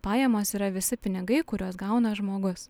pajamos yra visi pinigai kuriuos gauna žmogus